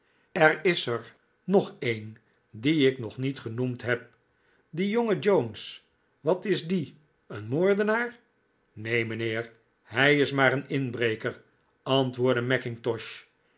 er is er nog een dien ik nog niet genoemd heb die jonge jones wat is die een moordenaar neen mijnheer hij is maar een inbreker